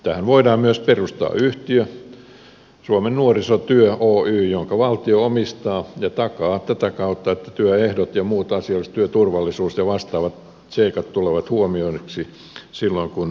tähän voidaan myös perustaa yhtiö suomen nuorisotyö oy jonka valtio omistaa ja takaa tätä kautta että työehdot ja muut asiat työturvallisuus ja vastaavat seikat tulevat huomioiduiksi silloin kun työsopimusta tehdään